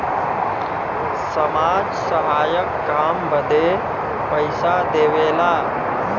समाज सहायक काम बदे पइसा देवेला